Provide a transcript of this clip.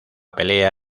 pelea